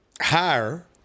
higher